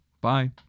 Bye